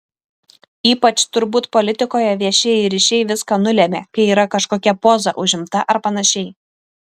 ypač turbūt politikoje viešieji ryšiai viską nulemia kai yra kažkokia poza užimta ar panašiai